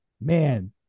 man